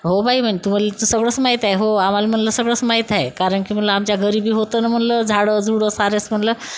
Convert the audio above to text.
हो बाई म्हणेन तुम्हाला तर सगळच माहिती आहे हो आम्हाला म्हणलं सगळंच माहिती आहे कारण की मला आमच्या घरीबी होतं म्हणलं झाडंजुडं सारच म्हणलं